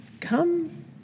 come